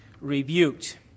rebuked